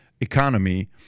economy